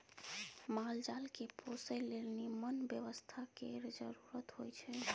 माल जाल केँ पोसय लेल निम्मन बेवस्था केर जरुरत होई छै